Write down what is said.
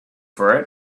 for